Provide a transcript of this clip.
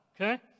Okay